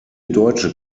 deutsche